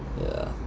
yeah